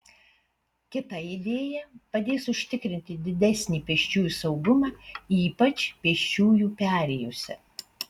kita idėja padės užtikrinti didesnį pėsčiųjų saugumą ypač pėsčiųjų perėjose